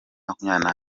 makumyabiri